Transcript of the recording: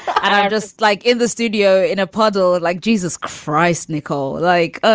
um just like in the studio in a puddle like jesus christ, nicole. like. ah